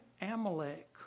Amalek